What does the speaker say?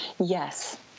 yes